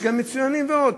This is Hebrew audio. יש גם מצוינים ועוד.